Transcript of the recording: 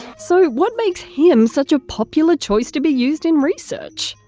so what makes him such a popular choice to be used in research?